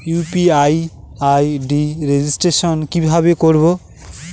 UPI ID registration কিভাবে করব?